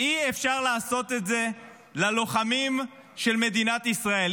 אי-אפשר לעשות את זה ללוחמים של מדינת ישראל.